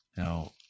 Now